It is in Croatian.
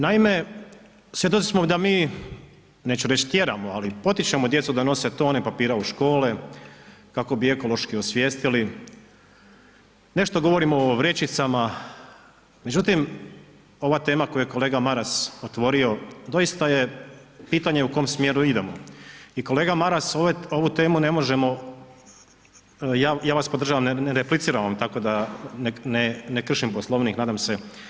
Naime, svjedoci smo da mi, neću reći tjeramo, ali potičemo djecu da nose tone papira u škole kako bi ekološki osvijestili, nešto govorimo o vrećicama, međutim, ova tema koju je kolega Maras otvorio doista je pitanje u kojem smjeru idemo i kolega Maras, ovu temu ne možemo, ja vas podržavam, ne repliciram vam, tako da ne kršim Poslovnik, nadam se.